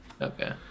Okay